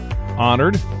honored